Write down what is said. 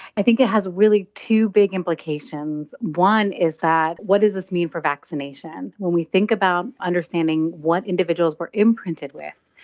i think it has really two big implications. one is that what does this mean for vaccination? when we think about understanding what individuals were imprinted with,